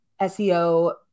SEO